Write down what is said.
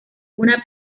una